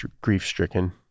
grief-stricken